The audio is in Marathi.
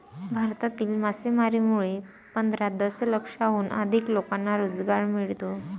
भारतातील मासेमारीमुळे पंधरा दशलक्षाहून अधिक लोकांना रोजगार मिळतो